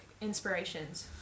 inspirations